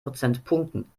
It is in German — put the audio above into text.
prozentpunkten